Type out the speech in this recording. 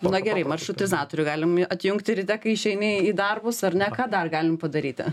na gerai maršrutizatorių galim atjungti ryte kai išeini į darbus ar ne ką dar galim padaryti